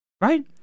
right